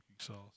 Sauce